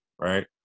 Right